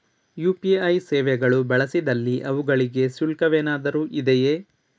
UPI ಸೇವೆಗಳು ಬಳಸಿದಲ್ಲಿ ಅವುಗಳಿಗೆ ಶುಲ್ಕವೇನಾದರೂ ಇದೆಯೇ?